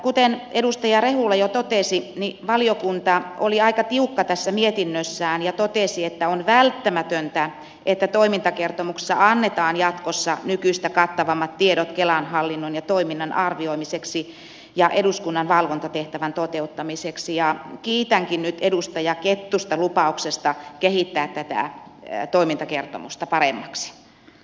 kuten edustaja rehula jo totesi valiokunta oli aika tiukka tässä mietinnössään ja totesi että on välttämätöntä että toimintakertomuksessa annetaan jatkossa nykyistä kattavammat tiedot kelan hallinnon ja toiminnan arvioimiseksi ja eduskunnan valvontatehtävän toteuttamiseksi ja kiitänkin nyt edustaja kettusta lupauksesta kehittää tätä toimintakertomusta paremmaksi